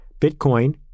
Bitcoin